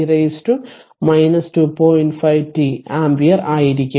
5 t ampere ആയിരിക്കും